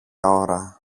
ώρα